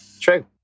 True